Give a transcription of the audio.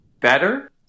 better